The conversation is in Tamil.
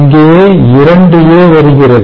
இங்கே இரண்டு A வருகிறது